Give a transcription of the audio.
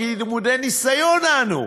כי למודי ניסיון אנו,